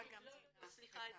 סליחה,